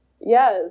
Yes